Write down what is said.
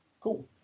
cool